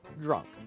Drunk